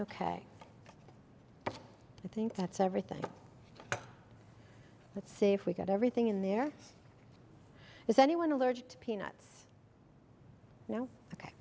ok i think that's everything let's see if we get everything in there is anyone allergic to peanuts now ok